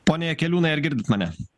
pone jakeliūnai ar girdit mane